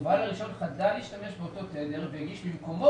ובעל רישיון חדל להשתמש באותו תדר והגיש במקומו